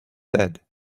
said